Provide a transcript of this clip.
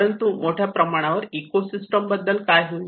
परंतु मोठ्या प्रमाणावरील इकोसिस्टम बद्दल काय होईल